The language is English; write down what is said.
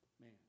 man